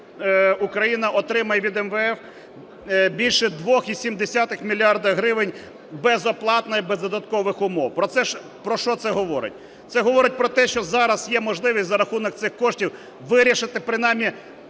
Україна отримає від МВФ більше 2,7 мільярда гривень безоплатної, без додаткових умов. Про що це говорить? Це говорить про те, що зараз є можливість за рахунок цих коштів вирішити принаймні